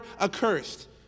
accursed